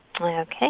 Okay